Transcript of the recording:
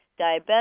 diabetic